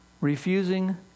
Refusing